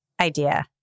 idea